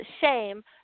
shame